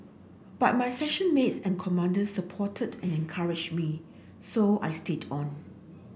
but my section mates and commanders supported and encouraged me so I stayed on